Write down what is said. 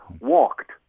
Walked